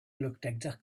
looked